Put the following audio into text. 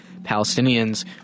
Palestinians